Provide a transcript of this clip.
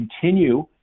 continue